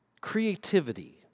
Creativity